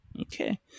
Okay